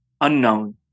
unknown